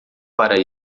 para